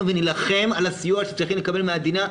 ונילחם על הסיוע שצריכים לקבל מהמדינה,